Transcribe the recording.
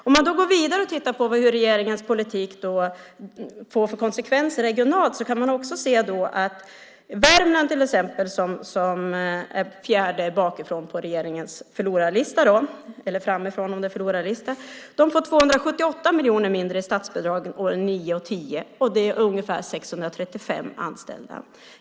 Om man går vidare och tittar på vilka konsekvenser regeringens politik får regionalt kan man se att till exempel Värmland, som är fyra bakifrån - eller framifrån beroende på hur man ser det - på regeringens förlorarlista får 278 miljoner mindre i statsbidrag år 2009 och 2010. Det motsvarar ungefär 635 anställda.